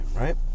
right